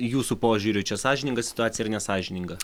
jūsų požiūriu čia sąžininga situacija ar nesąžininga